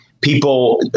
people